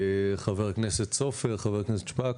חבר הכנסת סופר, חברת הכנסת שפק.